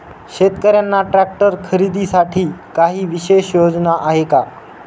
शेतकऱ्यांना ट्रॅक्टर खरीदीसाठी काही विशेष योजना आहे का?